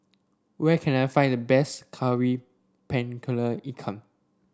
where can I find the best kari ikan